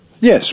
Yes